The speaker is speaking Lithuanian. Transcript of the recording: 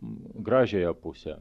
gražiąją pusę